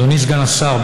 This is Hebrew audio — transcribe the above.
אדוני סגן השר,